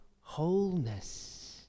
wholeness